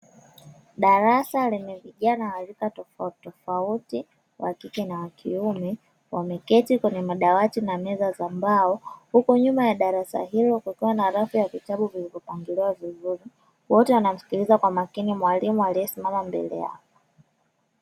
Darasa lenye vijana wa rika tofautitofauti wakike na wa kiume wameketi kwenye madawati na meza za mbao huku nyuma ya darasa hilo kukiwa na rafu ya vitabu vilivyopangaliwa vizuri, wote wanamsikiliza kwa makini mwalimu aliyesimama mbele yao.